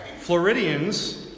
Floridians